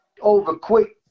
over-quick